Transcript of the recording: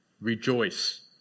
rejoice